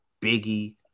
Biggie